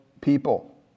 people